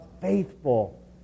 faithful